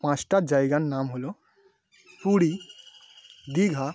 পাঁচটা জায়গার নাম হলো পুরী দীঘা